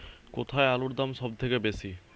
কোথায় আলুর দাম সবথেকে বেশি?